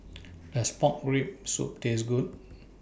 Does Pork Rib Soup Taste Good